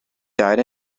died